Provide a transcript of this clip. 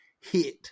hit